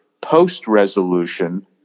post-resolution